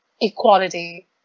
equality